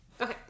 okay